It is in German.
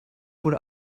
wurde